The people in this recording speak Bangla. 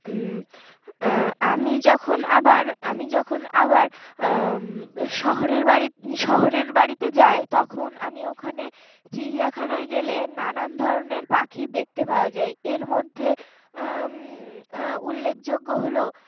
আমি যখন আবার আমি যখন আবার শহরের বাড়ি শহরের বাড়িতে যাই তখন আমি ওখানে চিড়িয়াখানায় গেলে নানান ধরনের পাখি দেখতে পাওয়া যায় এর মধ্যে উল্লেখযোগ্য হলো